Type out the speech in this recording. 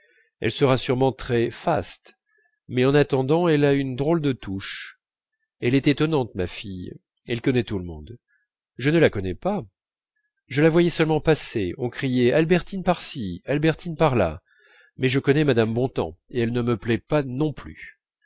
elle sera sûrement très fast mais en attendant elle a une drôle de touche elle est étonnante ma fille elle connaît tout le monde je ne la connais pas je la voyais seulement passer on criait albertine par-ci albertine par-là mais je connais mme bontemps et elle ne me plaît pas non plus